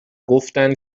گفتن